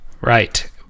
Right